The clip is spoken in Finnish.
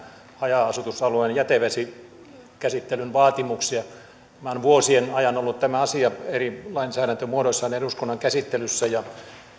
haja asutusalueen jätevesikäsittelyn vaatimuksia tämä asia on vuosien ajan ollut eri lainsäädäntömuodoissaan eduskunnan käsittelyssä ja